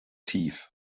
tief